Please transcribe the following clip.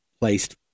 placed